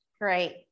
Great